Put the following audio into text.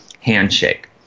handshake